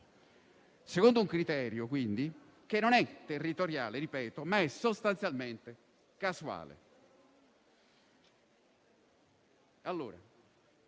secondo un criterio, quindi, che è non territoriale - ripeto - ma sostanzialmente casuale. La